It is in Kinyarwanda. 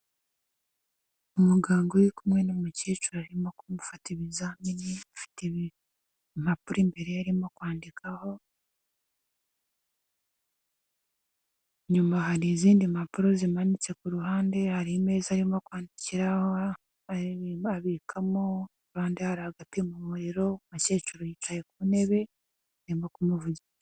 Umuganga uri kumwe n'umukecuru arimo kumufata ibizamini, afite impapuro mbere ye arimo kwandikaho, inyuma hari izindi zirambitse ku ruhande, harimo imeza kwandikiraho abikamo, ku ruhande hari agapima umuriro, umukecuru yicaye ku ntebe arimo ku muvugira.